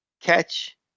catch